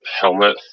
helmet